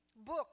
book